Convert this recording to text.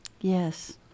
Yes